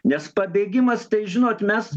nes pabėgimas tai žinot mes